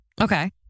Okay